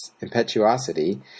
impetuosity